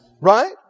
right